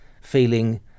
feeling